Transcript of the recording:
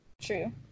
true